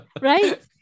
Right